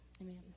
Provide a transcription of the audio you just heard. Amen